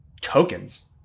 tokens